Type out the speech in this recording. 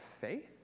faith